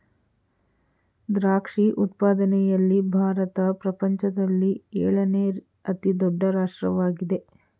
ದ್ರಾಕ್ಷಿ ಉತ್ಪಾದನೆಯಲ್ಲಿ ಭಾರತ ಪ್ರಪಂಚದಲ್ಲಿ ಏಳನೇ ಅತಿ ದೊಡ್ಡ ರಾಷ್ಟ್ರವಾಗಿದೆ